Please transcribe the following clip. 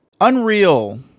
Unreal